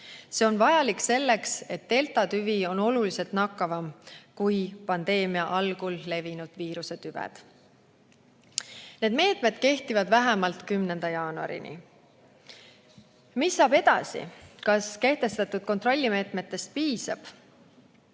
See on vajalik, kuna deltatüvi on oluliselt nakkavam kui pandeemia algul levinud viirusetüved. Need meetmed kehtivad vähemalt 10. jaanuarini. Mis saab edasi? Kas kehtestatud kontrollmeetmetest piisab?